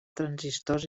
transistors